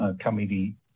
committee